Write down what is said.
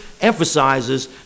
emphasizes